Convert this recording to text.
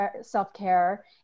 self-care